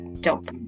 dope